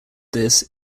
this